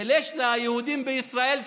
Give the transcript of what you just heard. ויש ליהודים בישראל שכל,